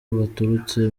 baturutse